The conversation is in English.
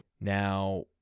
Now